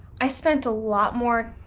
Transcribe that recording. i spent a lot more,